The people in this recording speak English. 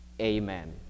Amen